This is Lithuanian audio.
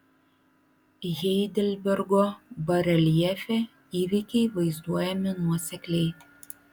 heidelbergo bareljefe įvykiai vaizduojami nuosekliai